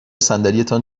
صندلیتان